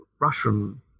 Russian